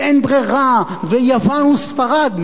אין ברירה, יוון וספרד.